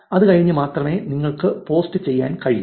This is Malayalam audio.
അത് കഴിഞ്ഞു മാത്രമേ നിങ്ങൾക്ക് പോസ്റ്റ് ചെയ്യാൻ കഴിയൂ